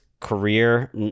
career